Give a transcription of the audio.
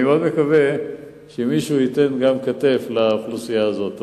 אני מאוד מקווה שמישהו ייתן כתף גם לאוכלוסייה הזאת.